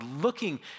looking